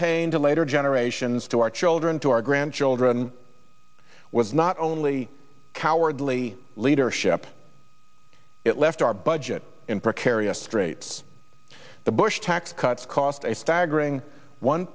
pain to later generations to our children to our grandchildren with not only cowardly leadership it left our budget in precarious straits the bush tax cuts cost a staggering one